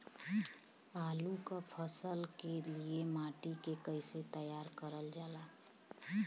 आलू क फसल के लिए माटी के कैसे तैयार करल जाला?